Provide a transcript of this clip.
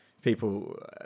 people